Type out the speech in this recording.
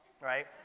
right